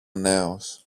νέος